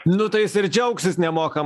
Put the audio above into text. nu tai jis ir džiaugsis nemokamai